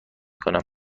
کنم